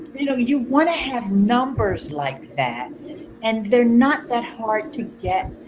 you know you want to have numbers like that and they're not that hard to get.